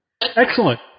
Excellent